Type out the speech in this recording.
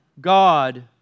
God